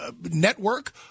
network